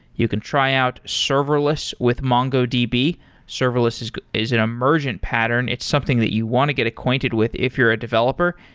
you can try out serverless with mongodb. serverless is is an emergent pattern. it's something that you want to get acquainted with if you're a developer,